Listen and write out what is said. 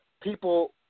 people